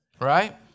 Right